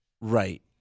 Right